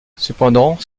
cependant